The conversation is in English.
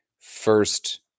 first